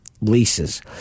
leases